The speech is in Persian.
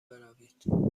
بروید